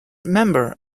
member